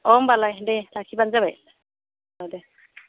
अह होमबालाय दे लाखिबानो जाबाय ओह दे